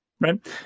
right